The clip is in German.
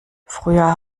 früher